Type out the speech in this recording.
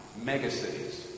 megacities